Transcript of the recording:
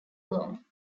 long